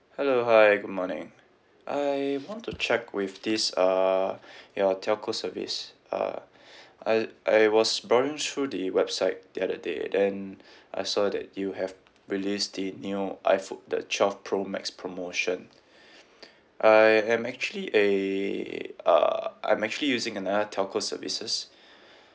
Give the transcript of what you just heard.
hello hi good morning I want to check with this uh your telco service uh I I was browsing through the website the other day then I saw that you have released the new iphone the twelve pro max promotion I am actually a uh I'm actually using another telco services